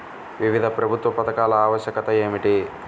వివిధ ప్రభుత్వ పథకాల ఆవశ్యకత ఏమిటీ?